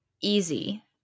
easy